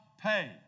pay